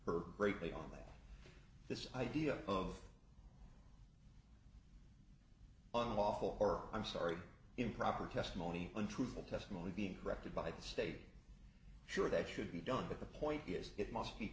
her greatly on that this idea of unlawful or i'm sorry improper testimony untruthful testimony being corrected by the state sure that should be done but the point is it must be